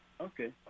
Okay